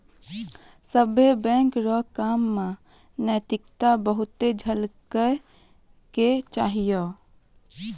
सभ्भे बैंक रो काम मे नैतिकता बहुते झलकै के चाहियो